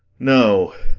no,